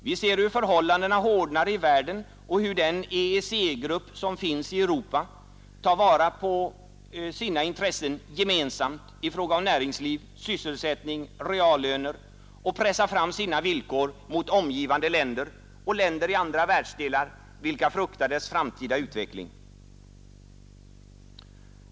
Vi ser hur förhållandena hårdnar i världen och hur den EEC-grupp som finns i Europa gemensamt tar vara på sina intressen i fråga om näringsliv, sysselsättning och reallöner och pressar fram sina villkor mot omgivande länder och länder i andra världsdelar, vilka fruktar dess framtida utveckling.